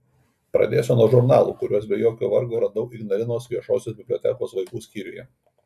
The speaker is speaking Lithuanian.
pradėsiu nuo žurnalų kuriuos be jokio vargo radau ignalinos viešosios bibliotekos vaikų skyriuje